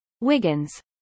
Wiggins